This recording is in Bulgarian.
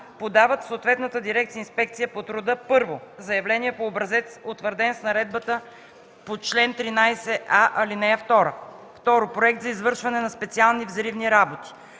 подават в съответната дирекция „Инспекция по труда”: 1. заявление по образец, утвърден с наредбата по чл. 13а, ал. 2; 2. проект за извършване на специални взривни работи;